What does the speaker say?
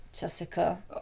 Jessica